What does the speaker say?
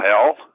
hell